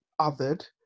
othered